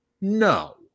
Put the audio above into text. No